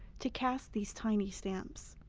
to cast these tiny stamps.